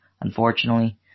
Unfortunately